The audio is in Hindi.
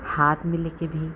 हाथ में लेकर भी